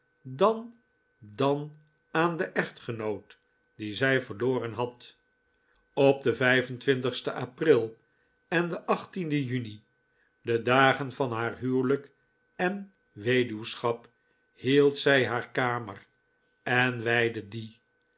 dan dan aan den echtgenoot dien zij verloren had op den vijf en twintigsten april en den achttienden juni de dagen van haar huwelijk en weduwschap hield zij haar kamer en wijdde die